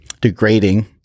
degrading